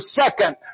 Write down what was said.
second